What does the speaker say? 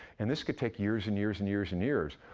and this could take years, and years, and years, and years.